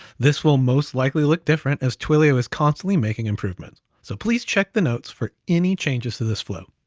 this will most likely look different as twilio is constantly making improvements. so please check the notes for any changes to this flow.